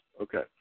Okay